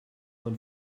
man